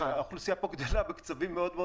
האוכלוסייה כאן גדל בקצבים מאוד מאוד